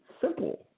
simple